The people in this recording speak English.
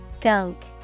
Gunk